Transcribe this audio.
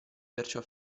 perciò